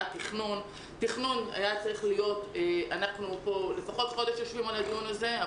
אנחנו פה יושבים חודש לפחות על הדיון הזה.